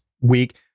week